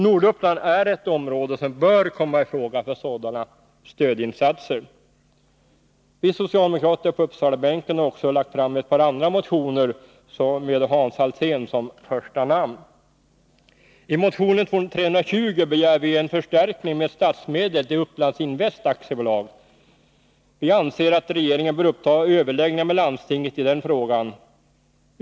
Norduppland är ett område som bör komma i fråga för sådana stödinsatser! Vi socialdemokrater på Uppsalabänken har också lagt fram ett par andra motioner med Hans Alsén som första namn. I motion 320 begär vi en förstärkning med statsmedel till Upplandsinvest AB. Vi anser att regeringen bör uppta överläggningar med landstinget i den frågan.